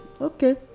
Okay